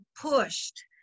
pushed